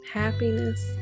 happiness